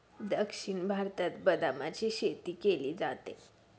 दक्षिण भारतात बदामाची शेती केली जाते